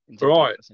Right